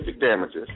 damages